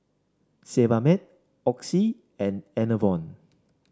Sebamed Oxy and Enervon